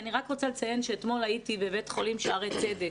אני רוצה לציין שאתמול הייתי בבית חולים שערי צדק.